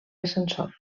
ascensor